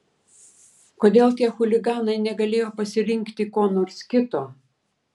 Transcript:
kodėl tie chuliganai negalėjo pasirinkti ko nors kito